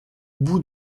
bout